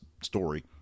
story